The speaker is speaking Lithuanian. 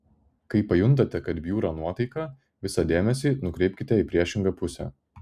kai pajuntate kad bjūra nuotaika visą dėmesį nukreipkite į priešingą pusę